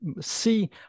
see